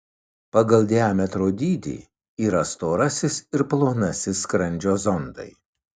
pagal diametro dydį yra storasis ir plonasis skrandžio zondai